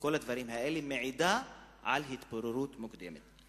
בכל הדברים האלה, מעידים על התפוררות מוקדמת.